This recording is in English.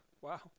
wow